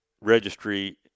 registry